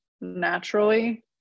naturally